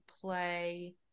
Play